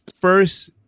first